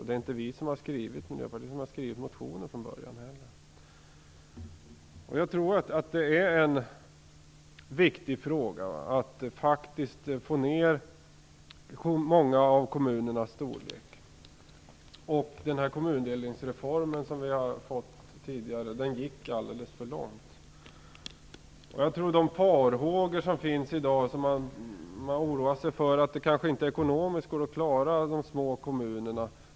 Det är inte Miljöpartiet som har skrivit motionen från början heller. Jag tror att det är viktigt att få ned många av kommunernas storlek. Kommundelningsreformen, som vi fick tidigare, gick alldeles för långt. Man oroar sig i dag för att det inte ekonomiskt går att klara de små kommunerna.